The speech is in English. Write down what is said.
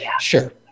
Sure